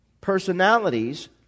personalities